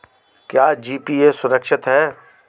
क्या जी.पी.ए सुरक्षित है?